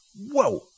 Whoa